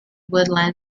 woodland